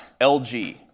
LG